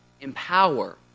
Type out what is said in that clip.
empower